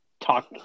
talk